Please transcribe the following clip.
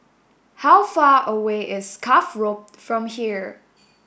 how far away is Cuff Road from here